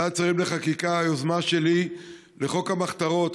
בוועדת שרים לחקיקה יוזמה שלי לחוק המחתרות.